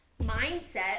mindset